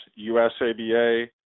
USABA